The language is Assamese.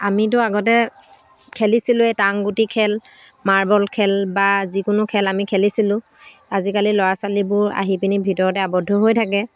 আমিতো আগতে খেলিছিলোঁ এই টাংগুটি খেল মাৰ্বল খেল বা যিকোনো খেল আমি খেলিছিলোঁ আজিকালি ল'ৰা ছোৱালীবোৰ আহি পিনি ভিতৰতে আৱদ্ধ হৈ থাকে